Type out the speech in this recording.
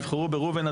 יבחרו בראובן,